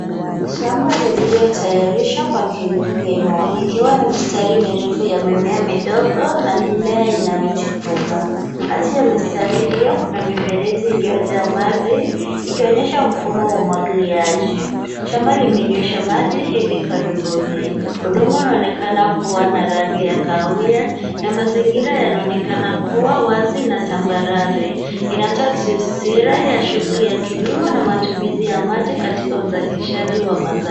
Shamba lililotayarishwa kwa kilimo, likiwa na mistari mirefu ya mimea midogo na mimea inayochipuka. Kati ya mistari hio kuna mifereji iliyojaa maji ikionyesha mfumo wa umwagiliaji. Shamba limenyweshwa maji hivi karibuni udongo unaonekana kuwa na rangi ya kahawia na mazingira yanaonekana kuwa wazi na tambarare inatoa taswira ya shughuli ya kilimo na matumizi ya maji katika uzalishaji wa mazao.